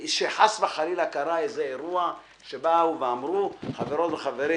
אם חס וחלילה קרה איזה אירוע שאמרו: חברות וחברים,